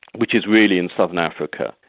which is really in southern africa,